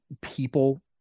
people